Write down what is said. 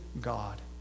God